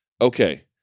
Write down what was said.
Okay